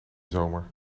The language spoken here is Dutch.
zomer